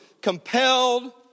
compelled